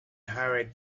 hurried